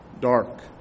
dark